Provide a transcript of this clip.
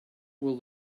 will